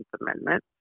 Amendment